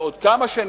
בעוד כמה שנים,